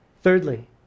Thirdly